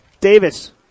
Davis